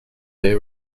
they